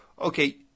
okay